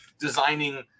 designing